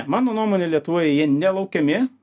mano nuomone lietuvoje jie nelaukiami